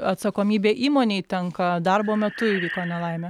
atsakomybė įmonei tenka darbo metu įvyko nelaimė